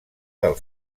del